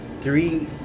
Three